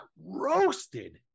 roasted